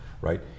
right